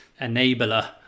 enabler